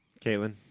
Caitlin